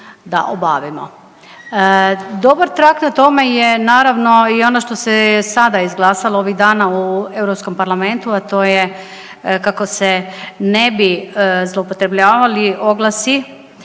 Dobar trag na tome je naravno i ono što se je sada izglasalo ovih dana u Europskom parlamentu, a to je kako se ne bi zloupotrebljavali oglasi